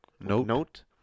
note